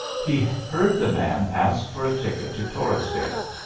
he heard the man ask for a ticket to torresdale,